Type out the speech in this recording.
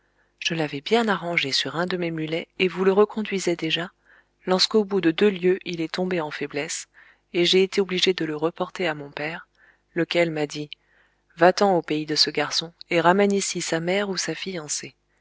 je l'avais bien arrangé sur un de mes mulets et vous le reconduisais déjà lorsqu'au bout de deux lieues il est tombé en faiblesse et j'ai été obligé de le reporter à mon père lequel m'a dit va-t'en au pays de ce garçon et ramène ici sa mère ou sa fiancée